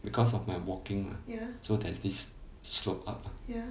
because of my walking mah so there's this slope up ah